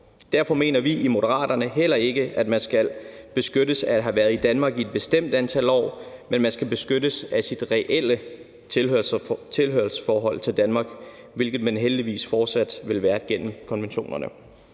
Derfor mener vi i Moderaterne heller ikke, at man skal beskyttes af at have været i Danmark i et bestemt antal år, men at man skal beskyttes på baggrund af sit reelle tilhørsforhold til Danmark, hvilket man heldigvis fortsat vil være gennem konventionerne.